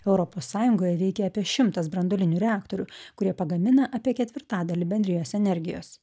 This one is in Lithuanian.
europos sąjungoje veikia apie šimtas branduolinių reaktorių kurie pagamina apie ketvirtadalį bendrijos energijos